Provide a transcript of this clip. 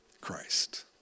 Christ